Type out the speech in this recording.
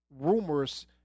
rumors